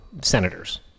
senators